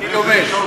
אני לומד.